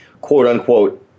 quote-unquote